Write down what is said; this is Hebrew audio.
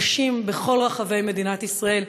נשים בכל רחבי מדינת ישראל,